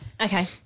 okay